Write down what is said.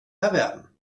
erwerben